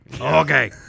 Okay